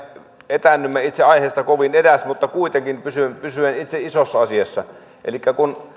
etäännymme itse aiheesta kovin kauas mutta kuitenkin pysyen itse isossa asiassa elikkä kun